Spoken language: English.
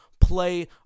play